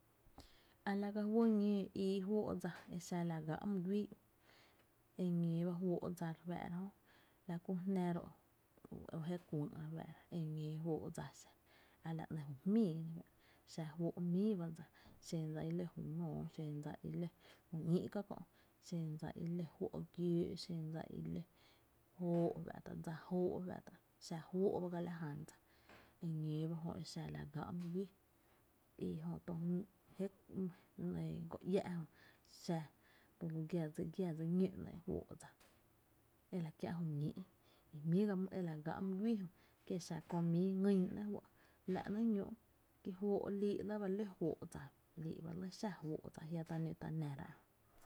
A la ka juy ñóo ii juó’ dsa e xa la gáá’ my güii, e ñóo ba juó’ dsa re fáá’ra jö, la ku jná ro’ je kuïï’ la, e ñóo fóo’ dsa xa a la ‘nɇɇ’ ju jmíi xa, xa juóó’ mii ba dsa, xen dsa i ló jnóoó, xen dsa i ló ju ñíi’ ka kö, xen dsa i ló juó’ giöö’ xen dsa i ló jóó’ dsa jóó’ fa’ tá’, xa juóó’ ba ga la jan dsa e ñóo ba jö e xa la gáá’ my güii, i jö go iä’ jö xa tulu giⱥ dsi giⱥ dsi ñó ‘nɇɇ’ juóo’ dsa e la kiä’ juñíi’ i jmí’ ga e la gáá’ my güii jö, kie’ xa köö mii ngýn ‘nɇɇ juɇ’ ki juóó’ lii’ ba lɇ juóó’ dsa, ajia’ ta nó ta nára.